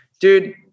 dude